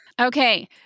Okay